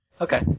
Okay